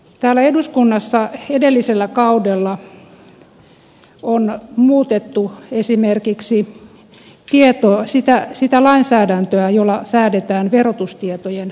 täällä eduskunnassa edellisellä kaudella on muutettu esimerkiksi sitä lainsäädäntöä jolla säädetään verotustietojen julkisuudesta